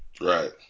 Right